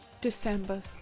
December